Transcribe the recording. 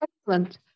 excellent